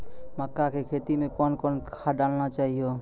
मक्का के खेती मे कौन कौन खाद डालने चाहिए?